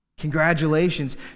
Congratulations